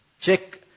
Check